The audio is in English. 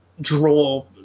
draw